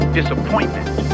disappointment